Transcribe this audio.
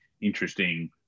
interesting